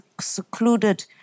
secluded